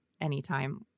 anytime